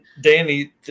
Danny